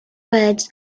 words